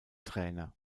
trainer